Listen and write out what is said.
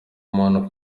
umuntu